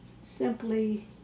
simply